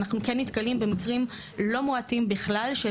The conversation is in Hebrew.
אנחנו כן נתקלים במקרים לא מועטים בכלל של